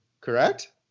correct